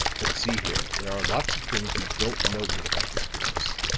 but, see here, there are lots of things we don't know yet about this business.